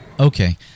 Okay